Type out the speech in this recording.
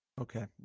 Okay